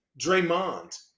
Draymond